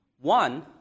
One